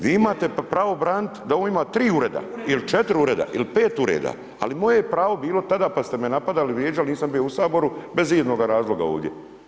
Vi imate pravo braniti da on ima 3 ili 4 ureda ili 5 ureda, ali moje pravo bilo tada pa ste me napadali, vrijeđali, nisam bio u Saboru, bez ijednoga razloga ovdje.